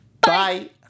bye